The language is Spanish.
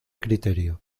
criterio